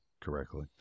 correctly